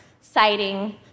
citing